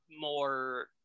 more